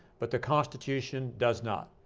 but the constitution does not.